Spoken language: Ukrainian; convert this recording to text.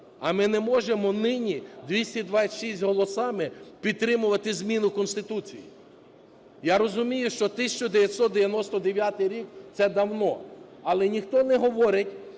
а ми не можемо нині 226 голосами підтримувати зміну Конституції. Я розумію, що 1999 рік – це давно. Але ніхто не говорить,